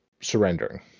surrendering